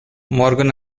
morgan